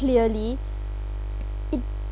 clearly it